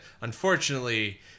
unfortunately